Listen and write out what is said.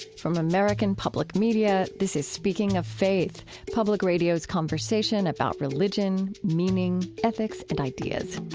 from american public media this is speaking of faith, public radio's conversation about religion, meaning, ethics, and ideas